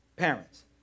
Parents